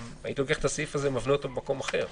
הייתי לוקח את הסעיף הזה ומבנה אותו במקום אחר